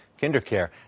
KinderCare